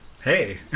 Hey